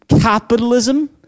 capitalism